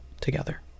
together